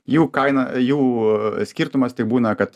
jų kaina jų skirtumas tai būna kad